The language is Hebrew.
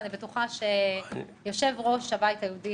אני בטוחה שיושב-ראש הבית היהודי,